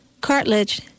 cartilage